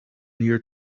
near